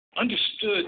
understood